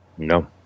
No